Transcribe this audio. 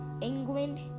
England